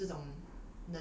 你没有这种